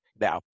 now